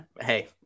hey